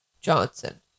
Johnson